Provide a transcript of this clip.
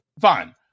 fine